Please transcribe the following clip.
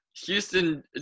Houston